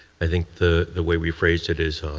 i think the the way we phrased it, is ah